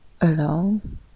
alone